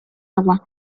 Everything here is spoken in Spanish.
agua